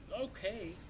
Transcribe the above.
okay